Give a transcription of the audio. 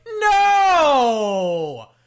No